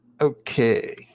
Okay